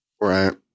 right